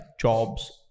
jobs